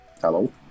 hello